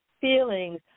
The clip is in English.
feelings